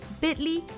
bit.ly